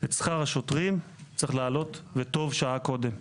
את שכר השוטרים צריך להעלות, וטוב שעה קודם.